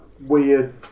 weird